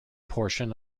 portion